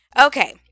Okay